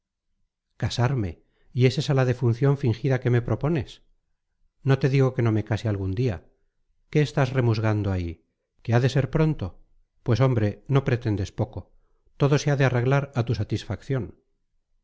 casarme y es esa la defunción fingida que me propones no te digo que no me case algún día qué estás remusgando ahí que ha de ser pronto pues hombre no pretendes poco todo se ha de arreglar a tu satisfacción